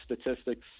statistics